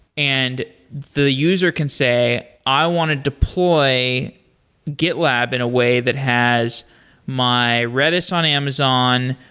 and the user can say, i want to deploy gitlab in a way that has my redis on amazon,